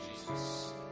Jesus